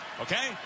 Okay